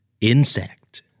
insect